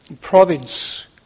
province